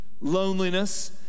Loneliness